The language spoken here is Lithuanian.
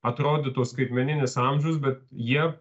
atrodytų skaitmeninis amžius bet jie